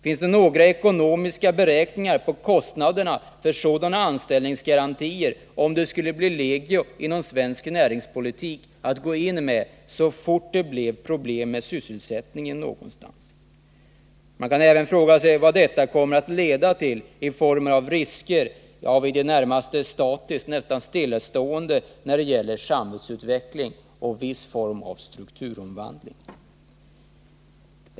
Finns det några ekonomiska beräkningar på kostnaderna för sådana anställningsgarantier, om de skulle bli legio och om man inom svensk näringspolitik skulle gå in med sådana så fort det blev problem med sysselsättningen någonstans? Man kan också fråga sig vad detta kommer att leda till i form av risker av en i det närmaste statisk eller stillastående samhällsutveckling och i form av ett visst slag av strukturomvandling?